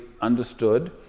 understood